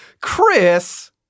Chris